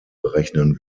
berechnen